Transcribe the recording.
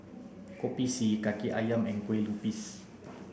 Kopi C Kaki Ayam and Kueh Lupis